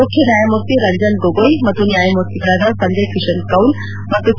ಮುಖ್ಯ ನ್ಯಾಯಮೂರ್ತಿ ರಂಜನ್ ಗೊಗೋಯ್ ಮತ್ತು ನ್ಯಾಯಮೂರ್ತಿಗಳಾದ ಸಂಜಯ್ ಕಿಶನ್ ಕೌಲ್ ಮತ್ತು ಕೆ